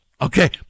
Okay